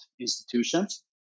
institutions